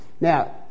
Now